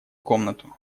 комнату